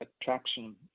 attraction